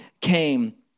came